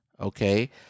Okay